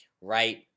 right